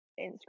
Instagram